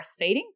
breastfeeding